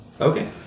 Okay